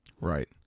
Right